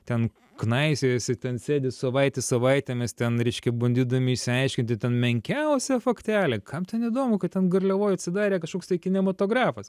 ten knaisiojasi ten sėdi savaitę savaitėmis ten reiškia bandydami išsiaiškinti ten menkiausią faktelį kam ten įdomu kad ten garliavoj atsidarė kažkoks tai kinematografas